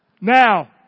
Now